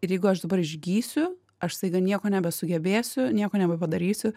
ir jeigu aš dabar išgysiu aš staiga nieko nebesugebėsiu nieko nebepadarysiu